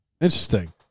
Interesting